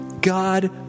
God